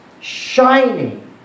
shining